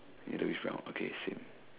middle is brown okay same